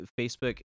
Facebook